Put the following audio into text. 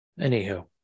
Anywho